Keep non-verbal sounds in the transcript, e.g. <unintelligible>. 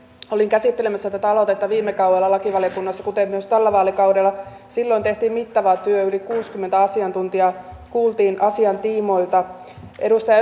olin käsittelemässä tätä aloitetta viime kaudella lakivaliokunnassa kuten myös tällä vaalikaudella silloin tehtiin mittava työ yli kuusikymmentä asiantuntijaa kuultiin asian tiimoilta edustaja <unintelligible>